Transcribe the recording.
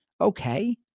Okay